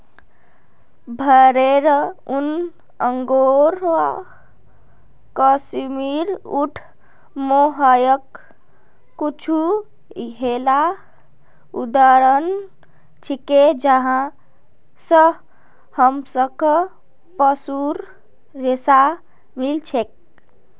भेरेर ऊन, अंगोरा, कश्मीरी, ऊँट, मोहायर कुछू येला उदाहरण छिके जहाँ स हमसाक पशुर रेशा मिल छेक